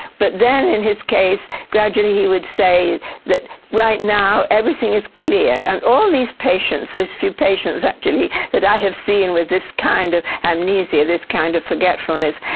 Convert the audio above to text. but then, in his case, gradually he would say that right now everything is clear. and all these patients, these few patients actually that i have seen with this kind of amnesia, this kind of forgetfulness,